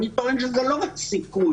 אני טוען שזה לא רק סיכוי.